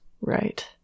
Right